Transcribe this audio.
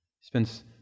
spends